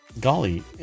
Golly